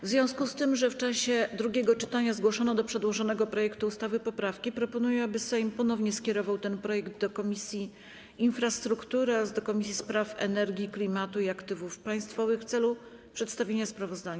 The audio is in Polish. W związku z tym, że w czasie drugiego czytania zgłoszono do przedłożonego projektu ustawy poprawki, proponuję, aby Sejm ponownie skierował ten projekt do Komisji Infrastruktury oraz Komisji do Spraw Energii, Klimatu i Aktywów Państwowych w celu przedstawienia sprawozdania.